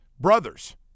brothers